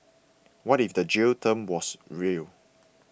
what if the jail term was real